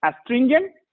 astringent